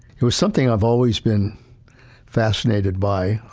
it was something i've always been fascinated by,